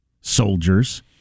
soldiers